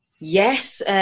Yes